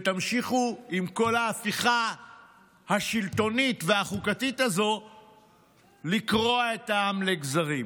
ותמשיכו עם כל ההפיכה השלטונית והחוקתית הזו לקרוע את העם לגזרים.